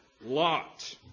Lot